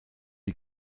die